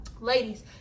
ladies